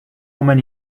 many